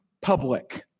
public